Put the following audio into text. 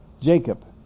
Jacob